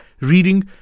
Reading